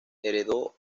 heredó